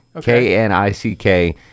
K-N-I-C-K